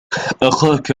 أخاك